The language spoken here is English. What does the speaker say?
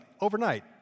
overnight